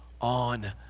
on